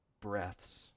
breaths